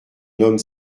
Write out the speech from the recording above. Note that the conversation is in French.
nomme